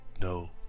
no